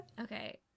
Okay